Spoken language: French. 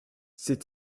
ces